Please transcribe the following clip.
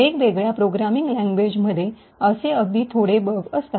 वेगवेगळ्या programming language मध्ये असे अगदी थोडे बग असतात